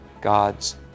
God's